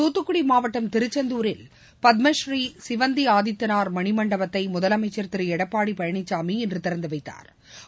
துத்துக்குடி மாவட்டம் திருச்செந்தூரில் பத்மஸ்ரீ சிவந்தி ஆதித்தனார் மணிமண்டபத்தை முதலமைச்சர் திரு எடப்பாடி பழனிசாமி இன்று திறந்து வைத்தா்